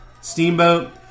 Steamboat